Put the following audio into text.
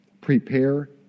Prepare